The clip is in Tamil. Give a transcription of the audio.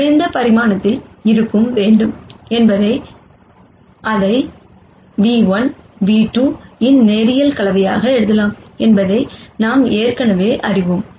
X̂ குறைந்த பரிமாணத்தில் இருக்க வேண்டும் என்பதால் அதை ν₁ மற்றும் v2 இன் லீனியர் கலவையாக எழுதலாம் என்பதை நாம் ஏற்கனவே அறிவோம்